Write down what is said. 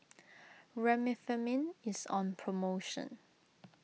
Remifemin is on promotion